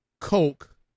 coke